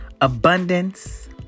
Abundance